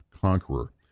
conqueror